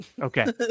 Okay